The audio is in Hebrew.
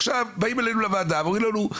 עכשיו באים אלינו לוועדה ואומרים לנו,